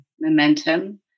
momentum